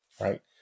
right